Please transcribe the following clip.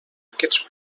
aquests